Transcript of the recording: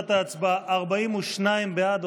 תוצאות ההצבעה: 42 בעד,